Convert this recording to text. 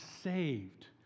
saved